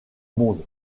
monde